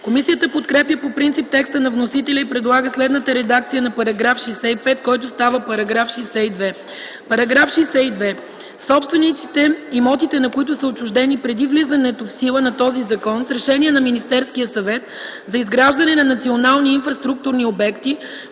Комисията подкрепя по принцип текста на вносителя и предлага следната редакция на § 65, който става § 62: „§ 62. Собствениците, имотите на които са отчуждени преди влизането в сила на този закон с решение на Министерския съвет за изграждане на национални инфраструктурни обекти,